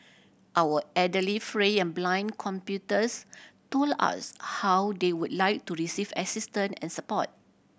our elderly frail and blind computers told us how they would like to receive assistance and support